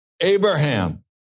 Abraham